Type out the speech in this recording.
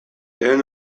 ehun